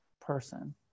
person